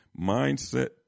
mindset